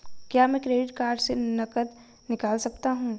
क्या मैं credit card से नकद निकाल सकता हूँ?